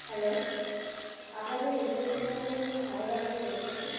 hello আপনাদের restaurant থেকে আমি একটা খাবার অর্ডার করেছি